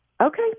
Okay